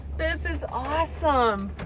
this is awesome.